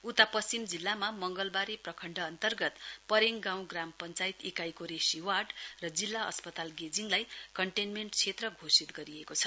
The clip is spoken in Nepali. उता पश्चिम जिल्लामा मंगलबारे प्रखण्ड अन्तर्गत परेङ गाउँ ग्राम पञ्चायत इकाइको रेशी वार्ड र जिल्ला अस्पताल गेजिङलाई कन्टेन्मेण्ट क्षेत्र घोषित गरिएको छ